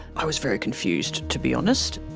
i was very confused, to be honest.